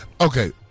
Okay